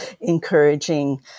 encouraging